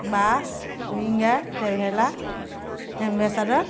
bus winger traveller ambassador